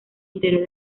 interior